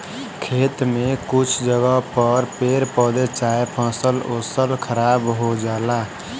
खेत में कुछ जगह पर पेड़ पौधा चाहे फसल ओसल खराब हो जाला